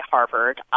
Harvard